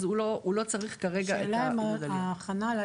אז הוא לא צריך כרגע את עידוד העלייה.